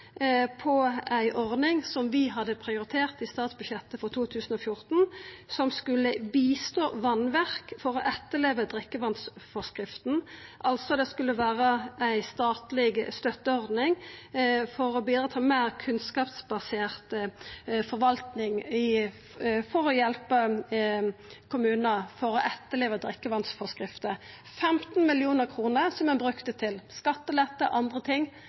på ei ordning som vi hadde prioritert i statsbudsjettet for 2014, som skulle støtta vassverk for å etterleva drikkevatnforskrifta. Det skulle altså vera ei statleg støtteordning for å bidra til meir kunnskapsbasert forvaltning for å hjelpa kommunar med å etterleva drikkevatnforskrifta – 15 mill. kr som ein brukte til skattelette og andre ting,